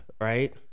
right